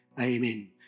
Amen